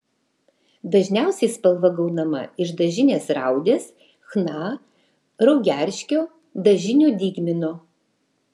dažniausiai spalva gaunama iš dažinės raudės chna raugerškio dažinio dygmino